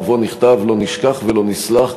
שלט ובו נכתב: לא נשכח ולא נסלח,